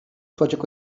project